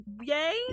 yay